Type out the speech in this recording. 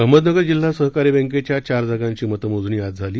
अहमदनगर जिल्हा सहकारी बँकेच्या चार जागांची मतमोजणी आज झाली